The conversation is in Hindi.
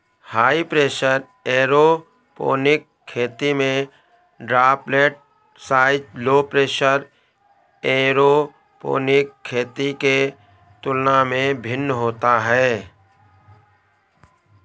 हाई प्रेशर एयरोपोनिक खेती में droplet size low pressure aeroponic खेती के तुलना में भिन्न होता है